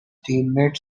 teammate